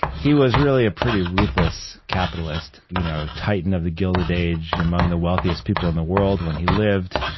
he was really a pretty ruthless capitalist, you know titan of the gilded age, among the wealthiest people in the world when he lived,